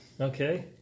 Okay